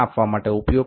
তো সেটি করার উপায় কী